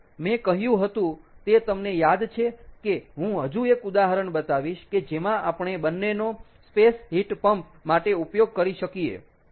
તો મેં કહ્યું હતું તે તમને યાદ છે કે હું હજુ એક ઉદાહરણ બતાવીશ કે જેમાં આપણે બંનેનો સ્પેસ હિટ પંપ માટે ઉપયોગ કરી શકીયે